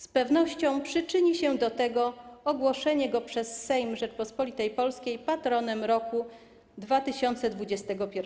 Z pewnością przyczyni się do tego ogłoszenie go przez Sejm Rzeczypospolitej Polskiej patronem roku 2021.